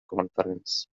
conference